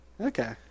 Okay